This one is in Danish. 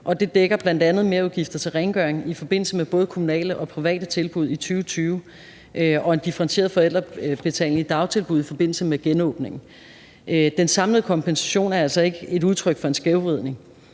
Det dækker bl.a. merudgifter til rengøring i forbindelse med både kommunale og private tilbud i 2020 og en differentieret forældrebetaling i dagtilbud i forbindelse med genåbningen. Den samlede kompensation er altså ikke et udtryk for en skævvridning.